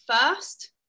first